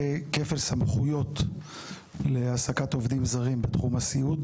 כפל סמכויות להעסקת עובדים זרים בתחום הסיעוד.